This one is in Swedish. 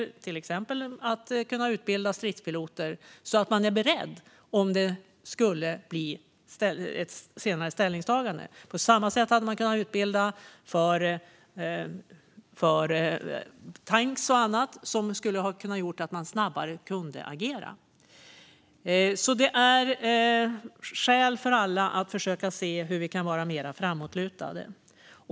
Det gäller till exempel att kunna utbilda stridspiloter så att man är beredd om det skulle bli ett senare ställningstagande. På samma sätt hade man kunnat utbilda för tanks och annat. Det skulle kunna ha gjort att man kunde agera snabbare. Det finns skäl för alla att kunna se hur vi skulle kunna vara mer framåtlutande.